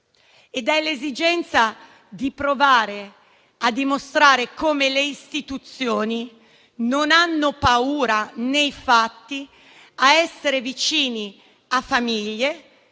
che è quella di provare a dimostrare come le Istituzioni non hanno paura nei fatti ad essere vicine a famiglie